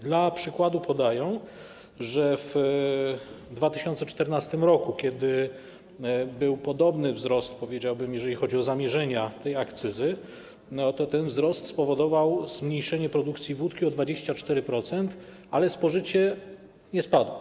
Dla przykładu podaję, że w 2014 r., kiedy był podobny wzrost, powiedziałbym, jeżeli chodzi o zamierzenia tej akcyzy, to ten wzrost spowodował zmniejszenie produkcji wódki o 24%, ale spożycie nie spadło.